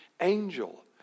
angel